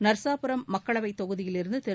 நர்சாபுரம் மக்களவை தொகுதியிலிருந்து திரு